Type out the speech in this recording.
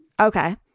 Okay